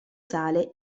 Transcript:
sale